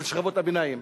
של שכבות הביניים,